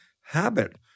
Habit